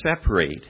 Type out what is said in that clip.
separate